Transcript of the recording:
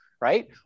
right